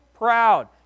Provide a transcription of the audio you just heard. proud